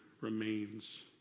remains